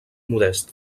modest